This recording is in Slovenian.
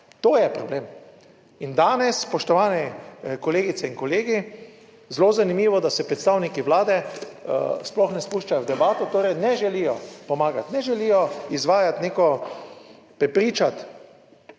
To je problem. In danes, spoštovane kolegice in kolegi, zelo zanimivo, da se predstavniki Vlade sploh ne spuščajo v debato, torej ne želijo pomagati, ne želijo izvajati neko prepričati